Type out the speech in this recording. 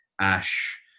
Ash